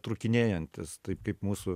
trūkinėjantis taip kaip mūsų